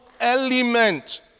element